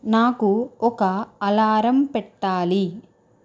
నాకు ఒక అలారం పెట్టాలి